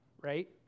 right